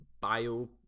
bio